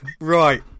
right